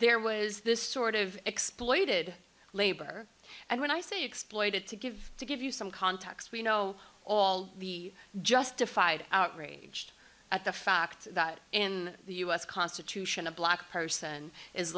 there was this sort of exploited labor and when i say exploited to give to give you some context we know all the justified outraged at the fact that in the u s constitution a black person is